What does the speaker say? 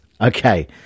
Okay